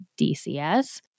DCS